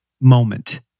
moment